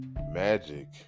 magic